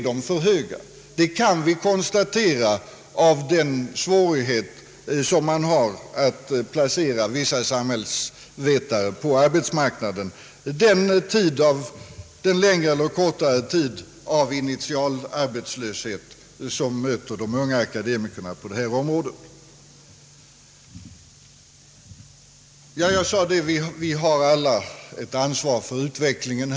Detta kan vi konstatera genom svårigheten att placera samhällsvetare på arbetsmarknaden och genom den längre eller kortare tid av initialarbetslöshet som möter de unga akademikerna på detta område. Jag sade att vi alla har ett ansvar för utvecklingen.